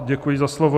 Děkuji za slovo.